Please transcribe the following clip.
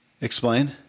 Explain